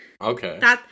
Okay